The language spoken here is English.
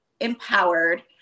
empowered